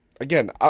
Again